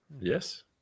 Yes